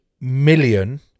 million